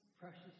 Precious